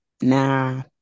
nah